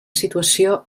situació